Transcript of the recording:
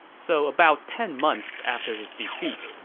so about ten months after his defeat,